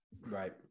Right